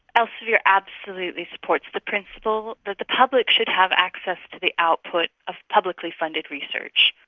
elsevier absolutely supports the principle that the public should have access to the output of publicly funded research,